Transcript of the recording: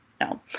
No